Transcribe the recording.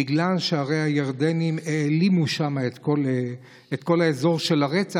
בגלל שהרי הירדנים העלימו שם את כל האזור של הרצח,